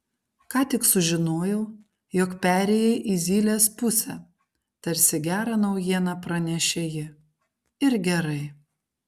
ką tik sužinojau jog perėjai į zylės pusę tarsi gerą naujieną pranešė ji ir gerai